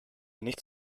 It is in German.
nicht